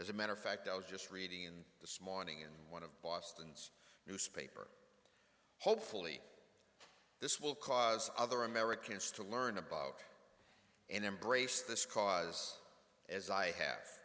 as a matter of fact i was just reading in the small awning in one of boston's newspaper hopefully this will cause other americans to learn about and embrace this cause as i have